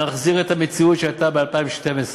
נחזיר את המציאות שהייתה ב-2012,